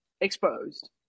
exposed